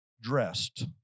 dressed